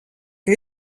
que